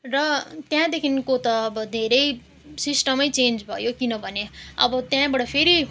र त्यहाँदेखिको त अब धेरै सिस्टम चेन्ज भयो किनभने अब त्यहाँबाट फेरि